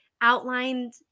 outlined